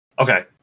Okay